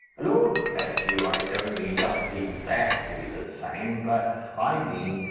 lord bless you, i don't mean just exactly the same. but i mean,